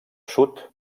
sud